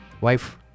wife